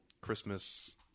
Christmas